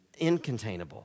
incontainable